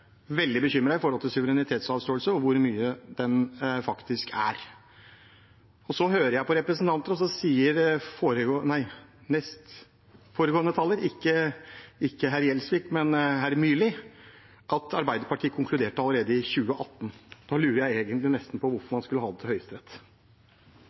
veldig bekymret når det gjelder suverenitetsavståelse, og hvor mye det faktisk er. Så hører jeg fra herr Myrli at Arbeiderpartiet konkluderte allerede i 2018. Da lurer jeg egentlig på hvorfor